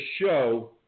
Show